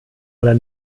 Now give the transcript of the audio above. oder